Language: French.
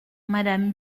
madame